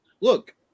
look